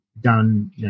done